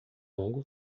longo